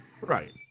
Right